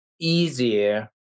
easier